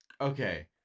Okay